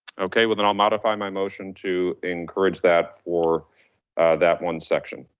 okay, well, then i'll modify my motion to encourage that for that one section.